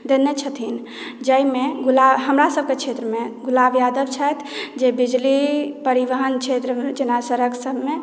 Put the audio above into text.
देने छथिन जाहिमे हमरा सभके क्षेत्रमे गुलाब यादव छथि जे बिजली परिवहन क्षेत्र जेना सड़क सभमे